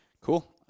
Cool